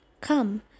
Come